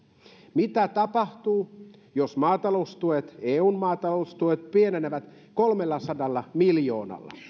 mitä tapahtuu jos maataloustuet eun maataloustuet pienenevät kolmellasadalla miljoonalla